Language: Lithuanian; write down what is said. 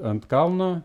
ant kalno